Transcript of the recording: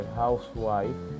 housewife